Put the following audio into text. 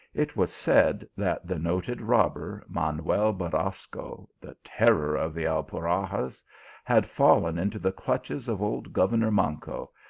it was said that the noted robber, manuel borasco, the terror of the alpuxarras, had fallen into the clutches of old governor manco,